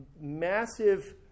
massive